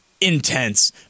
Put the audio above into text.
intense